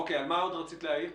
אוקיי, על מה עוד רצית להעיר?